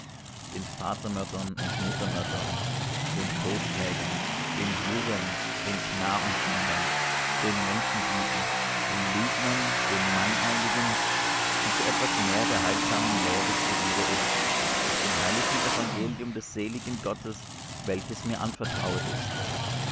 den vatermördern und muttermördern den totschlägern den hurern den knabenschändern den menschendieben den lügnern den meineidigen und so etwas mehr der heilsamen lehre zuwider ist nach dem herrlichen evangelium des seligen gottes welches mir anvertrauet ist